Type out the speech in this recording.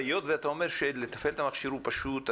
היות ואתה אומר שלתפעל את המכשיר זה פשוט,